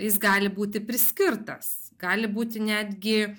jis gali būti priskirtas gali būti netgi